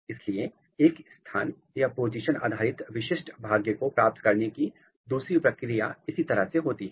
इसलिए एक स्थान या पोजीशन आधारित विशिष्ट भाग्य को प्राप्त करने की दूसरी प्रक्रिया इसी तरह से होती है